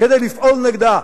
כדי לפעול נגדה.